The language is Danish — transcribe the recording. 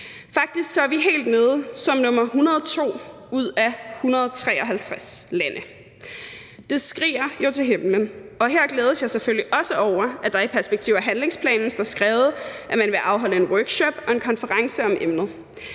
Faktisk er vi helt nede som nr. 102 ud af 153 lande; det skriger jo til himlen. Og her glædes jeg selvfølgelig også over, at der i perspektiv- og handlingsplanen står skrevet, at man vil afholde en workshop og en konference om emnet.